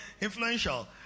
Influential